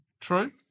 True